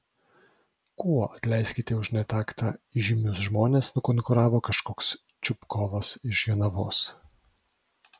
kuo atleiskite už netaktą įžymius žmones nukonkuravo kažkoks čupkovas iš jonavos